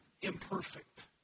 imperfect